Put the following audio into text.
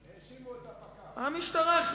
האשימו את הפקח.